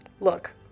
Look